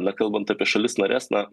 na kalbant apie šalis nares na